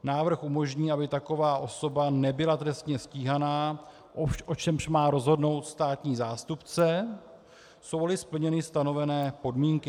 Návrh umožní, aby taková osoba nebyla trestně stíhána, o čemž má rozhodnout státní zástupce, jsouli splněny stanovené podmínky.